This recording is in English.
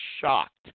shocked